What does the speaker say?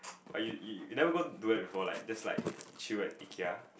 but you you never go do that before like just like chill at Ikea